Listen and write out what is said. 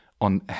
on